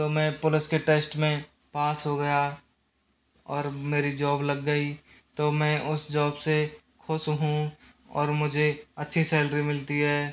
तो मैं पुलिस के टेस्ट में पास हो गया और मेरी जॉब लग गई तो मैं उस जॉब से खुश हूँ और मुझे अच्छी सैलरी मिलती है